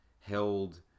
held